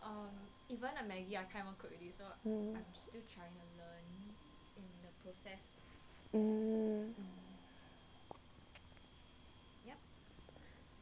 mm